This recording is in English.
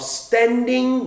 standing